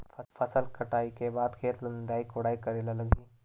फसल कटाई के बाद खेत ल निंदाई कोडाई करेला लगही?